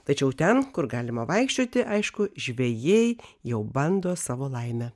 tačiau ten kur galima vaikščioti aišku žvejai jau bando savo laimę